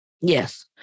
Yes